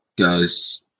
guys